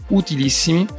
utilissimi